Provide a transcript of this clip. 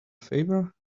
favor